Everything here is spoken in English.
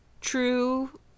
true